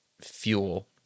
fuel